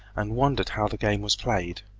and wondered how the game was played.